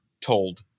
told